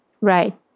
Right